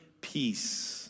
peace